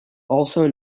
also